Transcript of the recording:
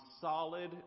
solid